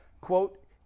quote